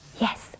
Yes